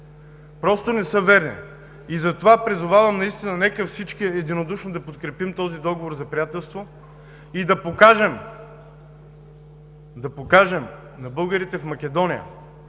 Просто не са верни! Затова Ви призовавам и нека всички единодушно да подкрепим този договор за приятелство, и да покажем на българите в Македония,